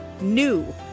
NEW